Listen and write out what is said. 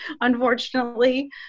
unfortunately